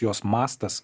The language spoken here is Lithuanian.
jos mastas